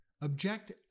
Object